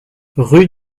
rue